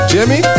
Jimmy